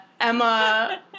emma